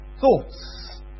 thoughts